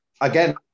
again